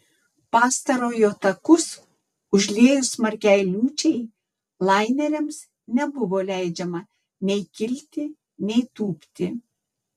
pastarojo takus užliejus smarkiai liūčiai laineriams nebuvo leidžiama nei kilti nei tūpti